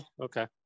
Okay